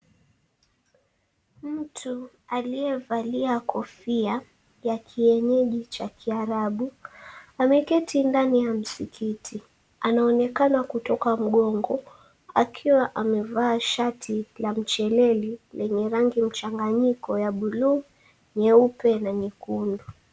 Mtu aliyevalia kofia ya kienyeji cha kiarabu ameketi ndani ya msikiti. Anaonekana kutoka mgongo akiwa amevaa shati la mcheleli lenye rangi mchanganyiko ya buluu, nyeupe na nyekundu.